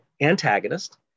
antagonist